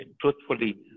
truthfully